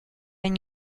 une